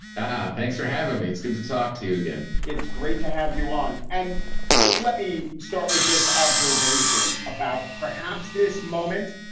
thanks for having me. it's good to talk to you again. it's great to have you on. and first, let me start with this observation about perhaps this moment.